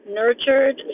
nurtured